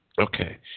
Okay